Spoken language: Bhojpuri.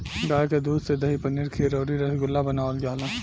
गाय के दूध से दही, पनीर खीर अउरी रसगुल्ला बनावल जाला